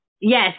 yes